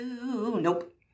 Nope